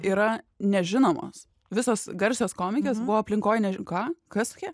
yra nežinomos visos garsios komikės buvo aplinkoj nes ką kas tokia